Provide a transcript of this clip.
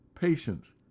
patience